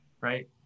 right